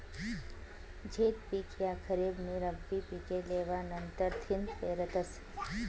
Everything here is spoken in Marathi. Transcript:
झैद पिक ह्या खरीप नी रब्बी पिके लेवा नंतरथिन पेरतस